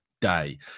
day